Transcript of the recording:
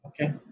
Okay